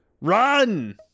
Run